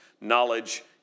knowledge